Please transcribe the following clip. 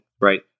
right